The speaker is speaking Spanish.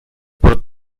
por